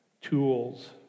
tools